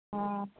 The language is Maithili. हॅं